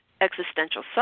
existential